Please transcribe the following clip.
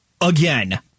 again